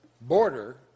border